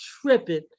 tripping